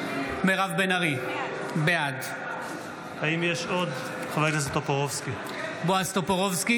מירב בן ארי, בעד בועז טופורובסקי,